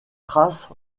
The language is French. trace